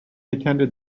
attended